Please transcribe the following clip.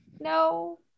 No